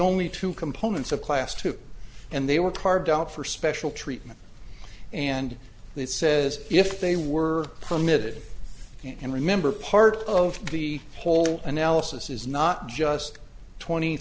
only two components of class two and they were carved out for special treatment and that says if they were permitted and remember part of the whole analysis is not just twenty